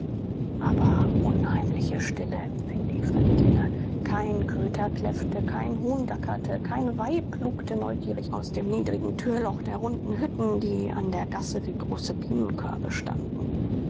aber unheimliche stille empfing die fremdlinge kein köter kläffte kein huhn gackerte kein weib lugte neugierig aus dem niedrigen türloch der runden hütten die an der gasse wie große bienenkörbe standen